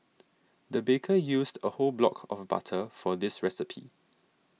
the baker used a whole block of butter for this recipe